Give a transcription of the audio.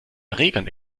erregern